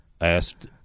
asked